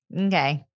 Okay